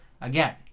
again